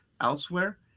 elsewhere